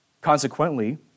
Consequently